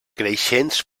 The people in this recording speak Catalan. creixents